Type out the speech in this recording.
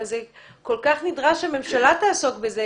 אבל זה כל כך נדרש שהממשלה תעסוק בזה.